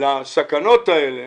לסכנות האלה